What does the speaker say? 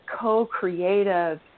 co-creative